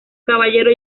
caballero